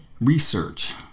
research